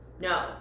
no